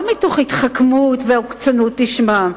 לא מתוך התחכמות ועוקצנות לשמן,